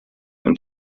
und